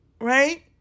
right